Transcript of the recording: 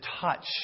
touch